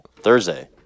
thursday